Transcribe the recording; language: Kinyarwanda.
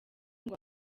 ngo